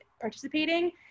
participating